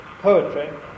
poetry